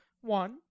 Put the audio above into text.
one